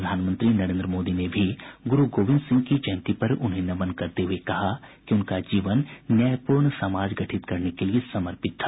प्रधानमंत्री नरेन्द्र मोदी ने भी गुरू गोविन्द सिंह की जयन्ती पर उन्हें नमन करते हुए कहा कि उनका जीवन न्यायपूर्ण समाज गठित करने के लिए समर्पित था